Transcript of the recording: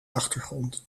achtergrond